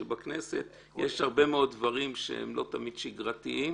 שבכנסת יש הרבה מאוד דברים שהם לא תמיד שגרתיים.